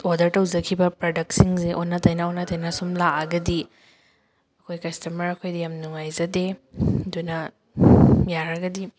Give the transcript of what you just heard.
order ꯇꯧꯖꯈꯤꯕ ꯄ꯭ꯔꯗꯛꯁꯤꯡꯁꯦ ꯑꯣꯟꯅ ꯇꯩꯅ ꯑꯣꯟꯅ ꯇꯩꯅ ꯁꯨꯝ ꯂꯥꯛꯑꯒꯗꯤ ꯑꯩꯈꯣꯏ ꯀꯁꯇꯃꯔ ꯑꯩꯈꯣꯏꯗ ꯌꯥꯝ ꯅꯨꯡꯉꯥꯏꯖꯗꯦ ꯑꯗꯨꯅ ꯌꯥꯔꯒꯗꯤ